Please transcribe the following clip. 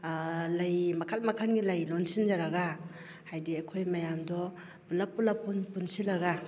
ꯂꯩ ꯃꯈꯜ ꯃꯈꯜꯒꯤ ꯂꯩ ꯂꯣꯟꯁꯤꯟꯖꯔꯒ ꯍꯥꯏꯗꯤ ꯑꯩꯈꯣꯏ ꯃꯌꯥꯝꯗꯣ ꯄꯨꯂꯞ ꯄꯨꯟꯁꯤꯟꯂꯒ